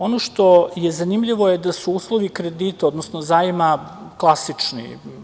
Ono što je zanimljivo je da su uslovi kredita, odnosno zajma klasični.